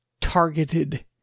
targeted